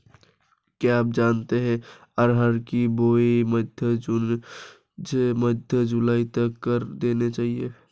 क्या आप जानते है अरहर की बोआई मध्य जून से मध्य जुलाई तक कर देनी चाहिये?